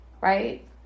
right